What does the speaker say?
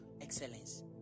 excellence